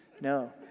no